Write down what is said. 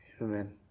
Amen